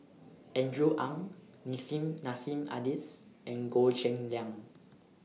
Andrew Ang Nissim Nassim Adis and Goh Cheng Liang